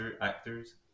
actors